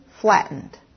flattened